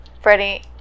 Freddie